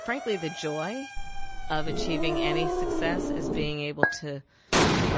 frankly, the joy of achieving any success is being able to